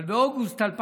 אבל באוגוסט 2021,